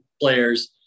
players